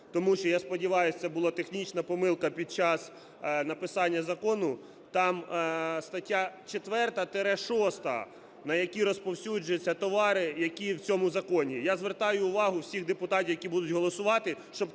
Тому що, я сподіваюся, це була технічна помилка під час написання закону, там стаття 4-6, на які розповсюджуються товари, які в цьому законі. Я звертаю увагу всіх депутатів, які будуть голосувати,